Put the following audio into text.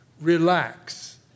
relax